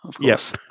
Yes